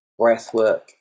breathwork